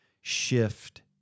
shift